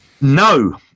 no